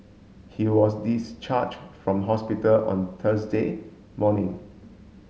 he was discharged from hospital on Thursday morning